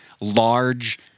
Large